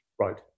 Right